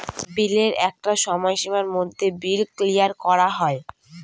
বিলের একটা সময় সীমার মধ্যে বিল ক্লিয়ার করা হয়